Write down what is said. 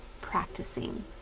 practicing